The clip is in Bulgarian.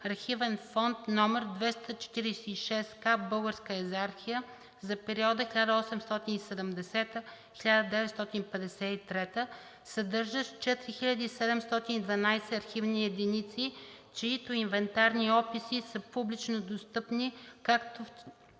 архивен фонд № 246/К, Българска екзархия, за периода 1870 – 1953 г., съдържащ 4712 архивни единици, чиито инвентарни описи са публично достъпни както